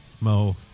Mo